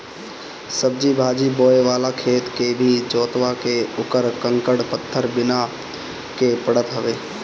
सब्जी भाजी बोए वाला खेत के भी जोतवा के उकर कंकड़ पत्थर बिने के पड़त हवे